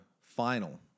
final